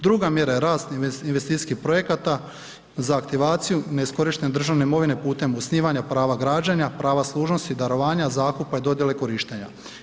Druga mjera je rast investicijskih projekata za aktivaciju neiskorištene državne imovine putem osnivanja prava građenja, prava služnosti, darovanja, zakupa i dodijele korištenja.